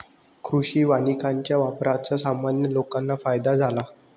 कृषी वानिकाच्या वापराचा सामान्य लोकांना फायदा झाला